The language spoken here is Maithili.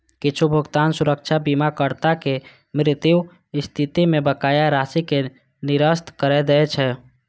किछु भुगतान सुरक्षा बीमाकर्ताक मृत्युक स्थिति मे बकाया राशि कें निरस्त करै दै छै